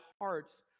hearts